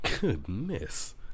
Goodness